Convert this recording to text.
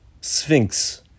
Sphinx